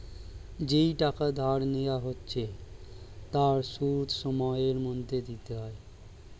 যেই টাকা ধার নেওয়া হয়েছে তার সুদ সময়ের মধ্যে দিতে হয়